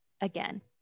again